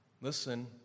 listen